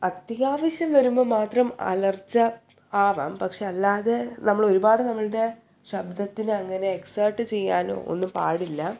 അത്യാവശ്യം വരുമ്പം മാത്രം അലർച്ച ആവാം പക്ഷേ അല്ലാതെ നമ്മൾ ഒരുപാട് നമ്മുടെ ശബ്ദത്തിന് അങ്ങനെ എക്സേർട്ട് ചെയ്യാനോ ഒന്നും പാടില്ല